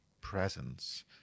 presence